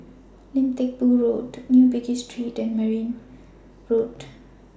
Lim Teck Boo Road New Bugis Street and Merryn Road